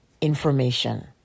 information